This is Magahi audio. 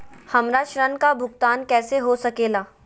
हमरा ऋण का भुगतान कैसे हो सके ला?